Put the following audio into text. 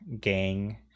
gang